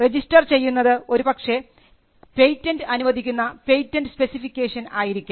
register ചെയ്യുന്നത് ഒരുപക്ഷേ patent അനുവദിക്കുന്ന പേറ്റന്റ് സ്പെസിഫിക്കേഷൻ ആയിരിക്കാം